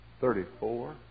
Thirty-four